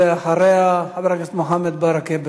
אחריה, חבר הכנסת מוחמד ברכה.